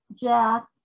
Jack